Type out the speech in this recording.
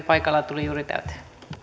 paikalla tuli juuri täyteen